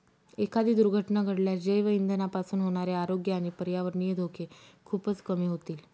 एखादी दुर्घटना घडल्यास जैवइंधनापासून होणारे आरोग्य आणि पर्यावरणीय धोके खूपच कमी होतील